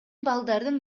балдардын